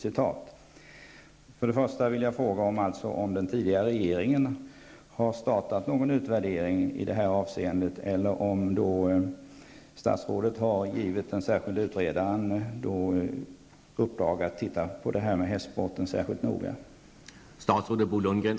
Har den tidigare regeringen startat någon utvärdering i detta avseende? Eller har statsrådet givit den särskilde utredaren i uppdrag att noga se över detta med hästsporten?